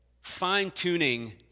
fine-tuning